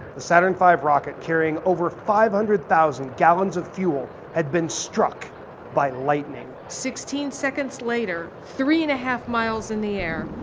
the saturn v rocket, carrying over five hundred thousand gallons of fuel had been struck by lightning. sixteen seconds later, three and a half miles in the air,